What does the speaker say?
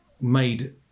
made